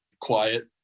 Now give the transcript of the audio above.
quiet